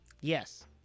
Yes